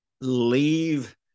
leave